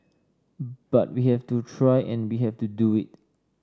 but we have to try and we have to do it